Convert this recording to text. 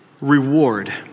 reward